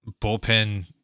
bullpen